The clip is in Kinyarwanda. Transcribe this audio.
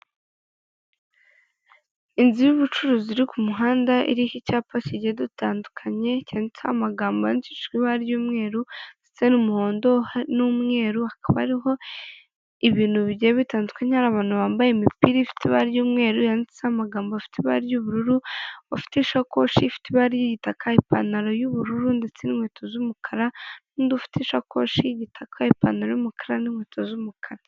Inzu y'ubucuruzi iri ku muhanda iriho icyapa kigiye dutandukanye cyanditseho amagambo yandikishije ibara ry'umweru ndetse n'umuhondo n'umweru, hakaba hariho ibintu bigiye bitandukanye hari abantu bambaye imipira ifite ibara ry'umweru yanditseho amagambo afite ibara ry'ubururu, bafite ishakoshi ifite ibara ry'igitaka, ipantaro y'ubururu ndetse n'inkweto z'umukara n'undi ufite ishakoshi y'igitaka, ipantaro y'umukara n'inkweto z'umukara.